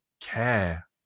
care